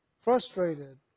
frustrated